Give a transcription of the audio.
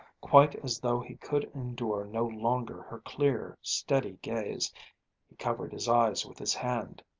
quite as though he could endure no longer her clear, steady gaze, he covered his eyes with his hand.